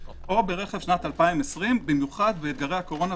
או ברכב מודל 2020 במיוחד בעידן הקורונה,